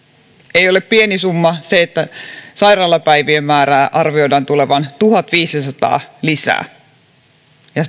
ei ole pieni summa se että sairaalapäivien määrään arvioidaan tulevan tuhatviisisataa lisää ja